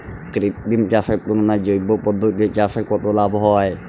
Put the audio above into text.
কৃত্রিম চাষের তুলনায় জৈব পদ্ধতিতে চাষে কত লাভ হয়?